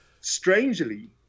strangely